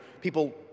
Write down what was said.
people